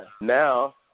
now